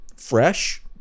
fresh